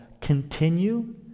continue